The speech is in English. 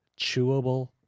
chewable